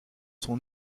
sont